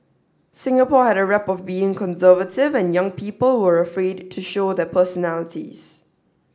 Singapore had a rep of being conservative and young people were afraid to show their personalities